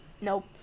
Nope